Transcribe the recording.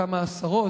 כמה עשרות,